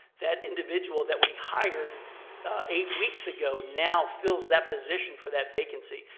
that individual that we hired eight weeks ago now fills that position for that vacancy.